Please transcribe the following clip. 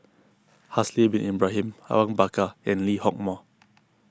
Haslir Bin Ibrahim Awang Bakar and Lee Hock Moh